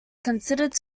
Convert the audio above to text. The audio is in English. considered